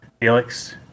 Felix